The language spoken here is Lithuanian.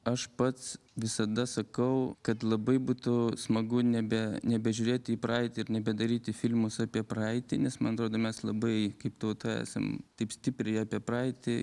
aš pats visada sakau kad labai būtų smagu nebe nebežiūrėti į praeitį ir nebedaryti filmus apie praeitį nes man atrodo mes labai kaip tauta esam taip stipriai apie praeitį